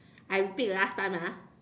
I repeat the last time ah